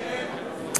ישראל